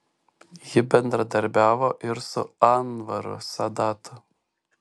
ji bendradarbiavo ir su anvaru sadatu